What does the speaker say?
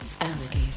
alligator